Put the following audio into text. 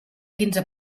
quinze